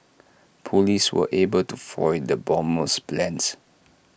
Police were able to foil the bomber's plans